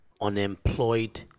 unemployed